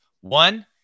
One